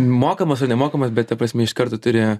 mokamos ar nemokamos bet ta prasme iš karto turi